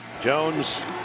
Jones